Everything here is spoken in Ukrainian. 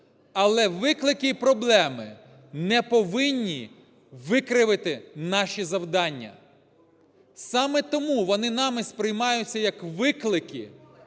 Але виклики і проблеми не повинні викривити наші завдання. Саме тому вони нами сприймаються як виклики,